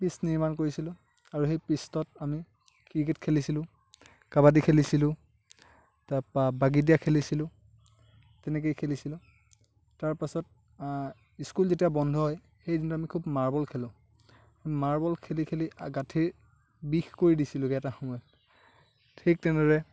pitch নিৰ্মাণ কৰিছিলোঁ আৰু সেই পিট্চত আমি ক্ৰিকেট খেলিছিলোঁ কাবাডী খেলিছিলোঁ তাৰপৰা বাগী দিয়া খেলিছিলোঁ তেনেকৈয়ে খেলিছিলোঁ তাৰপাছত স্কুল যেতিয়া বন্ধ হয় সেইদিনা আমি খুব মাৰ্বল খেলোঁ মাৰ্বল খেলি খেলি গাঁঠিৰ বিষ কৰি দিছিলোঁগৈ এটা সময়ত ঠিক তেনেদৰে